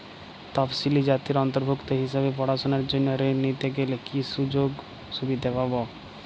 তফসিলি জাতির অন্তর্ভুক্ত হিসাবে পড়াশুনার জন্য ঋণ নিতে গেলে কী কী সুযোগ সুবিধে পাব?